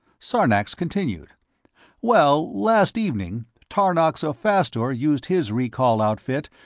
sarnax continued well, last evening, tarnox of fastor used his recall outfit,